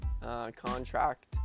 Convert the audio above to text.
contract